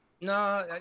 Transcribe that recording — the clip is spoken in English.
no